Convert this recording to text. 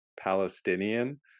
palestinian